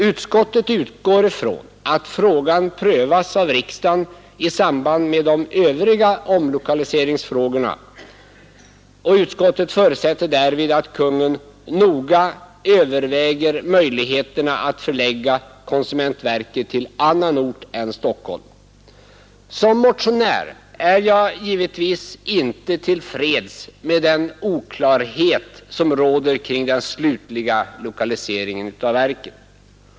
Utskottet utgår från att frågan prövas av riksdagen i samband med de övriga omlokaliseringsfrågorna och förutsätter att Kungl. Maj:t noga överväger möjligheterna att förlägga konsumentverket till annan ort än Stockholm. Som motionär är jag givetvis inte till freds med den oklarhet som råder kring den slutliga lokaliseringen av verket.